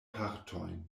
partojn